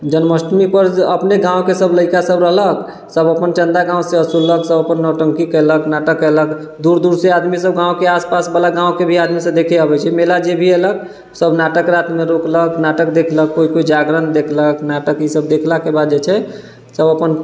जन्माष्टमीपर अपने गामके सब लइका सब रहलक सब अपन चन्दा गामसँ असूललक सब अपन नौटङ्की केलक नाटक केलक दूर दूरसँ आदमीसब गामके आसपासवला गामके भी आदमीसब देखे अबै छै मेला जे भी अएलक सब नाटक रातिमे रुकलक नाटक देखलक कोइ कोइ जागरण देखलक नाटक ईसब देखलाके बाद जे छै सब अपन